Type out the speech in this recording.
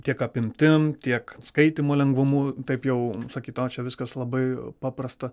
tiek apimtim tiek skaitymo lengvumu taip jau sakyt o čia viskas labai paprasta